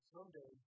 Someday